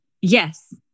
Yes